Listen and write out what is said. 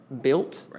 built